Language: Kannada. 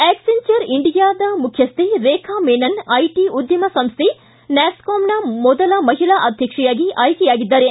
ಆಕ್ಸೆಂಚರ್ ಇಂಡಿಯಾದ ಮುಖ್ಯಹ್ನೆ ರೇಖಾ ಮನನ್ ಐಟ ಉದ್ಯಮ ಸಂಸ್ಥೆ ನ್ಯಾಸ್ಕಾಮ್ನ ಮೊದಲ ಮಹಿಳಾ ಅಧ್ಯಕ್ಷೆಯಾಗಿ ಆಯ್ಕೆಯಾಗಿದ್ದಾರೆ